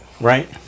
Right